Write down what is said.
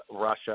Russia